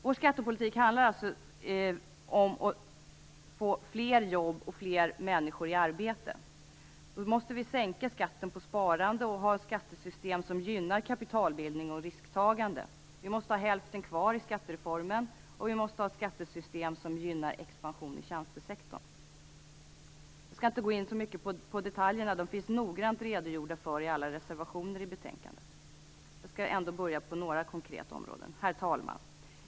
Vår skattepolitik handlar alltså om att få fler jobb och fler människor i arbete. Därför måste vi sänka skatten på sparande och ha ett skattesystem som gynnar kapitalbildning och risktagande. Vi måste ha hälften kvar i skattereformen, och vi måste ha ett skattesystem som gynnar expansion i tjänstesektorn. Jag skall inte gå in så mycket på detaljerna. De finns noggrant redovisade i alla reservationer i betänkandet. Jag skall ändå ta upp några konkreta områden. Herr talman!